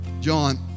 John